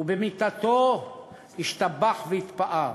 ובמיתתו ישתבח ויתפאר.